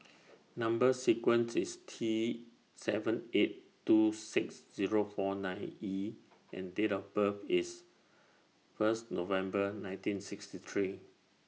Number sequence IS T seven eight two six Zero four nine E and Date of birth IS First November nineteen sixty three